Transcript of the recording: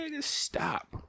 stop